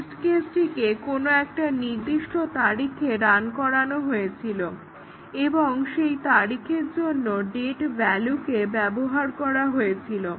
test কেসটিকে কোনো একটা নির্দিষ্ট তারিখে রান করানো হয়েছিল এবং সেই তারিখের জন্য ডেট ভ্যালুকে ব্যবহার করা হয়েছিল